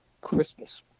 Christmas